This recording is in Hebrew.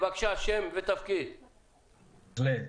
בבקשה, אדוני.